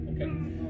Okay